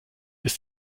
ist